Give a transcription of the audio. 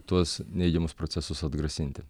tuos neigiamus procesus atgrasinti